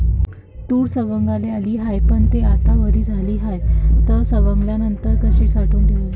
तूर सवंगाले आली हाये, पन थे आता वली झाली हाये, त सवंगनीनंतर कशी साठवून ठेवाव?